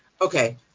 Okay